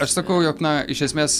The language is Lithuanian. aš sakau jog na iš esmės